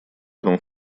этом